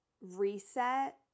reset